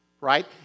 right